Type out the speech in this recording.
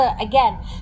again